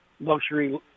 luxury